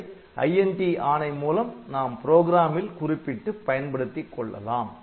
அதை INT ஆணை மூலம் நாம் புரோகிராமில் குறிப்பிட்டு பயன்படுத்திக் கொள்ளலாம்